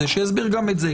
שיסביר גם את זה.